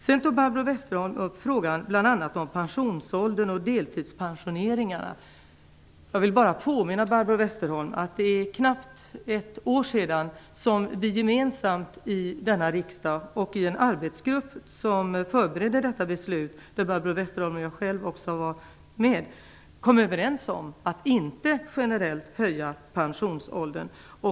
Vidare tog Barbro Westerholm bl.a. upp frågan om pensionsåldern och deltidspensioneringarna. Jag vill då bara påminna Barbro Westerholm om att det är knappt ett år sedan vi gemensamt i denna riksdag och i den arbetsgrupp som förberedde detta beslut - både Barbro Westerholm och jag själv var med där - kom överens om att inte generellt höja pensionsåldern.